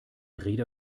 rede